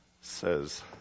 says